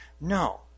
No